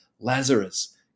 Lazarus